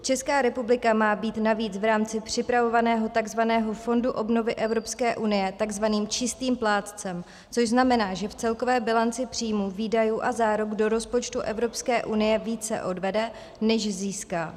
Česká republika má být navíc v rámci připravovaného takzvaného Fondu obnovy Evropské unie takzvaným čistým plátcem, což znamená, že v celkové bilanci příjmů, výdajů a záruk do rozpočtu Evropské unie více odvede, než získá.